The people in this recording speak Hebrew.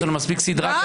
יש לנו מספיק סדרה כזו.